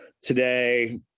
today